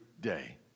day